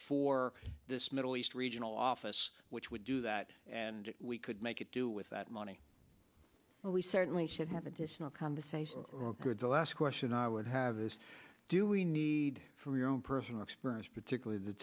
for this middle east regional office which would do that and we could make it do with that money and we certainly should have additional conversation with the last question i would have is do we need from your own personal experience particularly the